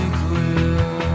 clear